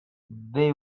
they